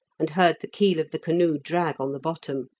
and heard the keel of the canoe drag on the bottom.